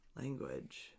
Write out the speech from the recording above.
language